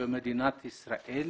שבמדינת ישראל